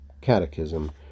Catechism